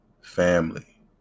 family